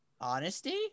honesty